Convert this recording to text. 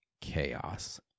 chaos